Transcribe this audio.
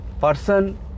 person